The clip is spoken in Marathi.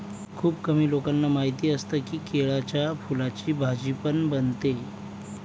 खुप कमी लोकांना माहिती असतं की, केळ्याच्या फुलाची भाजी पण बनते